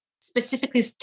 specifically